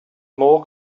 more